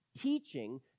teaching